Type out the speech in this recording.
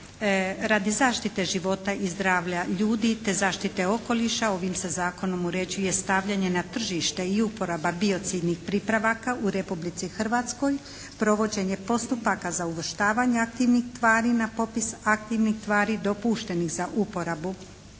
radi zaštite života i zdravlja ljudi te zaštite okoliša ovim se Zakonom uređuje stavljanje na tržište i uporaba biocidnih pripravaka u Republici Hrvatskoj, provođenje postupaka za uvrštavanje aktivnih tvari na popis aktivnih tvari dopuštenih za uporabu